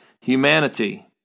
humanity